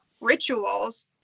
rituals